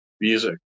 music